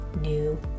new